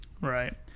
Right